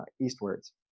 eastwards